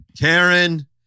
Karen